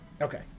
Okay